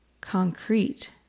concrete